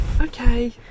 okay